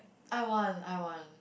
I want I want